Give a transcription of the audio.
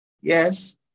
Yes